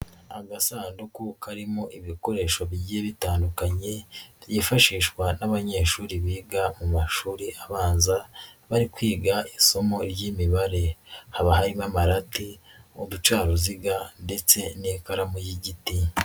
Agasanduku karimo ibikoresho bigiye bitandukanye byifashishwa n'abanyeshuri biga mu mashuri abanza, bari kwiga isomo ry'imibare, haba harimo amarati, uducaruziga ndetse n'ikaramu y'igiti.